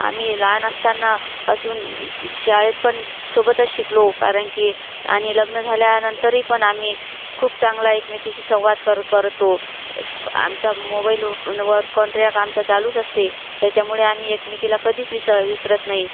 आम्ही लहान असताना पासून शाळेतपण सोबतच शिकलो कारण की आणि लग्न झाल्यानंतरही पण आम्ही खूप चांगला एकमेकीशी संवाद कर करतो आमचा मोबाईलवनवर कॉन्ट्रॅक आमचा चालूच असते त्याच्यामुळे आम्ही एकमेकीला कधीच विसर विसरत नाही